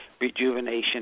Rejuvenation